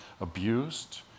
abused